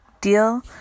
deal